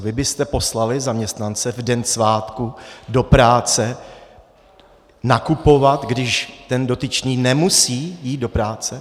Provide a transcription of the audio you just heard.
Vy byste poslali zaměstnance v den svátku do práce nakupovat, když ten dotyčný nemusí jít do práce?